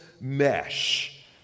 mesh